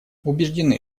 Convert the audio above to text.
убеждены